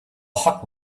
hot